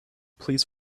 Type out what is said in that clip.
please